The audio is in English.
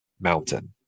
mountain